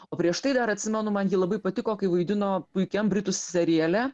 o prieš tai dar atsimenu man ji labai patiko kai vaidino puikiam britų seriale